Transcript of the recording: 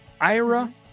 Ira